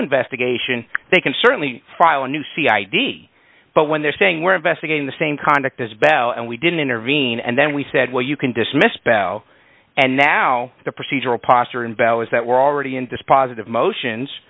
investigation they can certainly file a new c id but when they're saying we're investigating the same conduct as bell and we didn't intervene and then we said well you can dismiss bell and now the procedural posture in valleys that we're already in dispositive motions